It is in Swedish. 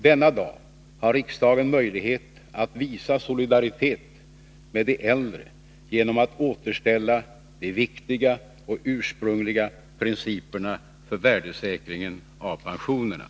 Denna dag har riksdagen möjlighet att visa solidaritet med de äldre genom att återställa Anslag till folkde viktiga och ursprungliga principerna för värdesäkringen av pensionerna.